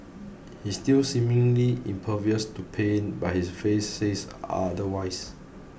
he's still seemingly impervious to pain but his face says otherwise